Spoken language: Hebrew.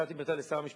כתבתי מכתב לשר המשפטים,